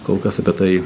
kol kas apie tai